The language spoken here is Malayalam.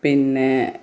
പിന്നെ